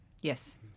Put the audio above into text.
Yes